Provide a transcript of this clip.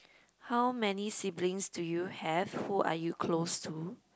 how many siblings do you have who are you close to